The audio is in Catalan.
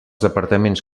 departaments